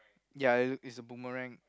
ya it it's a boomerang